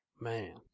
Man